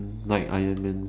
like iron man